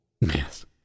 Yes